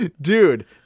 Dude